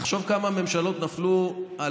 תחשוב כמה ממשלות נפלו,